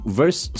verse